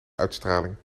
uitstraling